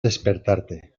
despertarte